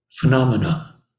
phenomena